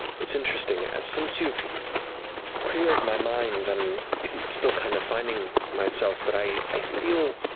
it's interesting. since you've cleared my mind, i'm still kind of finding myself, but i i feel